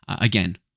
again